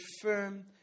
firm